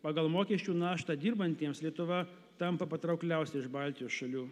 pagal mokesčių naštą dirbantiems lietuva tampa patraukliausia iš baltijos šalių